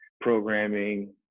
programming